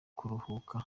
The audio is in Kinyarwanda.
kuruhuka